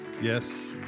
yes